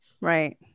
right